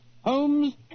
Holmes